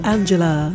Angela